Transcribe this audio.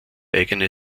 eigene